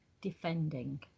defending